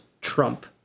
Trump